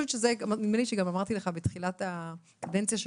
נדמה לי שגם אמרתי לך בתחילת הקדנציה שלך,